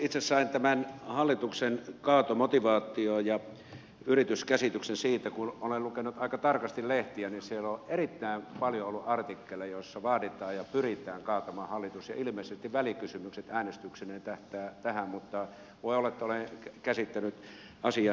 itse sain tämän hallituksenkaatomotivaatio ja yritys käsityksen siitä kun olen lukenut aika tarkasti lehtiä ja siellä on erittäin paljon ollut artikkeleja joissa vaaditaan ja pyritään kaatamaan hallitus ja ilmeisesti välikysymykset äänestyksineen tähtäävät tähän mutta voi olla että olen käsittänyt asian väärin